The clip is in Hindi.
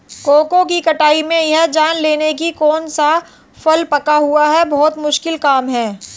कोको की कटाई में यह जान लेना की कौन सा फल पका हुआ है बहुत मुश्किल काम है